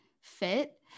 fit